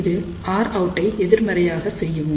இது Rout ஐ எதிர்மறையாக செய்யவும்